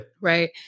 right